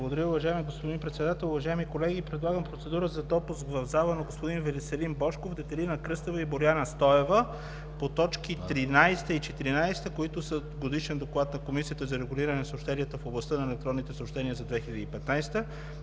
Благодаря, уважаеми господин Председател! Уважаеми колеги, предлагам процедура за допуск в залата на господин Веселин Божков, Детелина Кръстева и Боряна Стоева по точки 13 и 14, които са: Годишен доклад на Комисията за регулиране на съобщенията в областта на електронните съобщения за 2015 г.